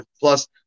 plus